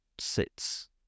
sits